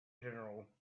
general